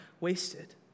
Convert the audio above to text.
wasted